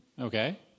Okay